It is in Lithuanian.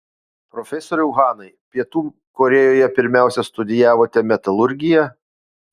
profesoriau hanai pietų korėjoje pirmiausia studijavote metalurgiją